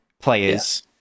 players